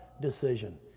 decision